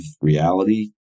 reality